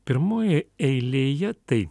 pirmoje eilėje tai